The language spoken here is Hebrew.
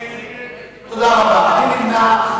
מי נמנע?